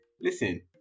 listen